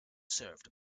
served